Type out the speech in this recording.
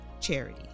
charity